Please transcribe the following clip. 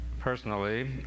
personally